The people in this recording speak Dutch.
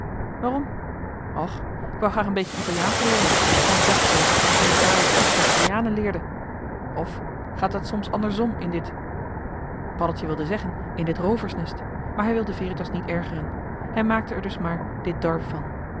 waarom och ik wou graag een beetje italiaansch leeren en ik dacbt zoo dat je die taal het best van de italianen leerde of gaat t soms andersom in dit paddeltje wilde zeggen in dit rooversnest maar hij wilde veritas niet ergeren hij maakte er dus maar dit dorp van